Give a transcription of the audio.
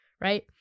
right